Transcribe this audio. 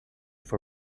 for